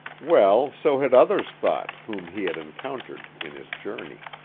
well, so had others thought, whom he had encountered in his journey.